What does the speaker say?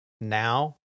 now